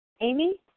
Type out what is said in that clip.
Amy